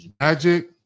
Magic